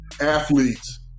athletes